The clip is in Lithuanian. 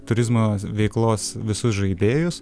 turizmo veiklos visus žaidėjus